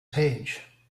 page